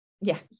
Yes